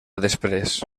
després